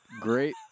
great